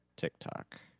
TikTok